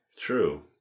True